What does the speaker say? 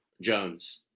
Jones